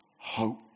hope